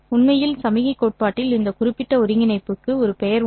உண்மையில் சமிக்ஞைக் கோட்பாட்டில் இந்த குறிப்பிட்ட ஒருங்கிணைப்புக்கு ஒரு பெயர் உண்டு